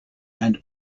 and